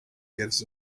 gives